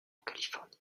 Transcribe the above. californie